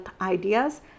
ideas